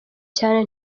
cyane